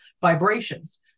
vibrations